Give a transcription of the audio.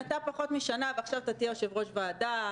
אתה פחות משנה ועכשיו אתה תהיה יושב-ראש ועדה,